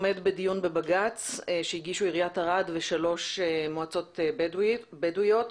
עומד בדיון בבג"צ שהגישו עירית ערד ושלוש מועצות בדואיות.